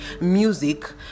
music